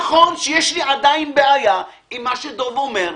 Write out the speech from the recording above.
נכון שיש לי עדיין בעיה עם מה שדב אומר,